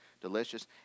delicious